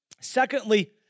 Secondly